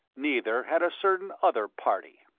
neither had a certain other party.